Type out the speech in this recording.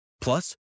Plus